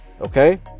Okay